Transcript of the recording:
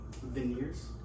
veneers